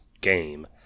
game